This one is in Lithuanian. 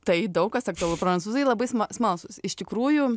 tai daug kas aktualu prancūzai labai sma smalsūs iš tikrųjų